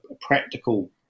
practical